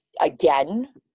again